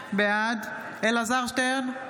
בעד אלעזר שטרן,